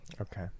Okay